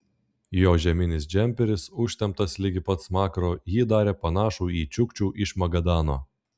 jo žieminis džemperis užtemptas ligi pat smakro jį darė panašų į čiukčių iš magadano